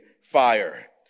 fire